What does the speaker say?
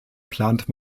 plant